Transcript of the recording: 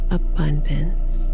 abundance